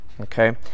Okay